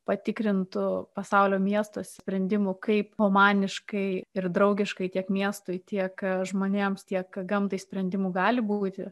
patikrintų pasaulio miesto sprendimų kaip humaniškai ir draugiškai tiek miestui tiek žmonėms tiek gamtai sprendimų gali būti